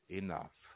enough